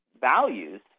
values